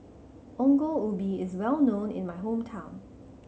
Ongol Ubi is well known in my hometown